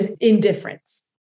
indifference